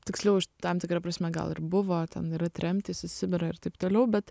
tiksliau aš tam tikra prasme gal ir buvo ten yra tremtys į sibirą ir taip toliau bet